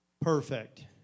perfect